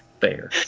Fair